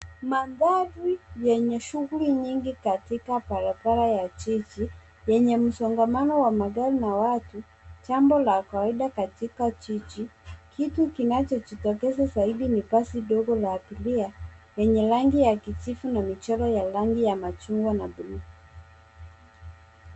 Mandhari yenye shuguli nyingi katika barabara ya jiji yenye msongamano wa magari na watu, jambo la kawaida katika jiji, kitu kinacho jitokeza zaidi ni basi ndogo la abiria lenye rangi ya kijivu na michoro ya rangi ya machungwa na buluu.